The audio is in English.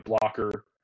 blocker